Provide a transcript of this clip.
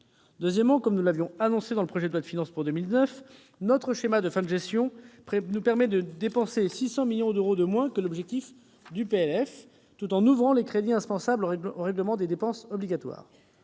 Deuxièmement, comme nous l'avions annoncé dans le projet de loi de finances pour 2019, notre schéma de fin de gestion nous permettra de dépenser 600 millions d'euros de moins que l'objectif fixé en loi de finances initiale, tout en ouvrant les crédits indispensables au règlement des dépenses obligatoires.